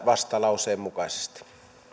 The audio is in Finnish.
vastalauseen mukaisesti